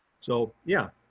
so yeah,